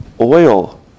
oil